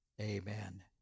Amen